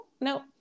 no